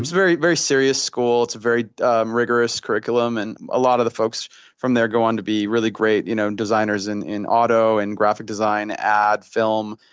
it's a very serious school. it's a very um rigorous curriculum, and a lot of the folks from there go on to be really great you know and designers in in auto and graphic design, ads, film,